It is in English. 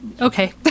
okay